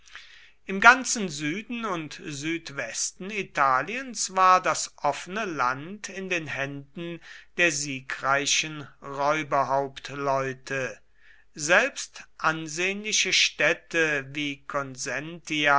im ganzen süden und südwesten italiens war das offene land in den händen der siegreichen räuberhauptleute selbst ansehnliche städte wie